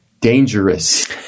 dangerous